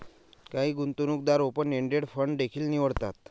काही गुंतवणूकदार open ended fund देखील निवडतात